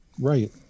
Right